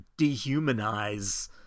dehumanize